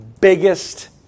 biggest